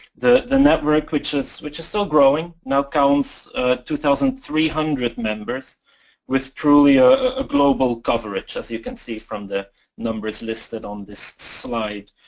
the the network which is which is still growing now counts two thousand three hundred members with truly a global coverage as you can see from the numbers listed on this.